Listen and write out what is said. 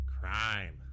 crime